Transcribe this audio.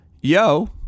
Yo